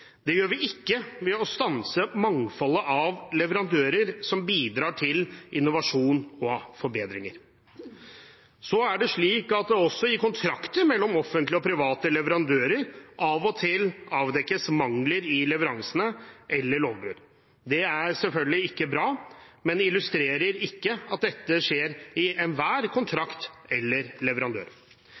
Det gjør vi ikke ved å stanse mangfoldet av leverandører som bidrar til innovasjon og forbedringer. Også i kontrakter mellom offentlige og private leverandører avdekkes av og til mangler i leveransene eller lovbrudd. Det er selvfølgelig ikke bra, men illustrerer ikke at dette skjer i enhver kontrakt eller med enhver leverandør.